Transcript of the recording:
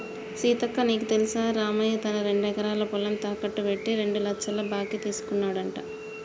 సీతక్క నీకు తెల్సా రామయ్య తన రెండెకరాల పొలం తాకెట్టు పెట్టి రెండు లచ్చల బాకీ తీసుకున్నాడంట